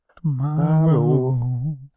tomorrow